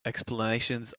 explanations